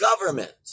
government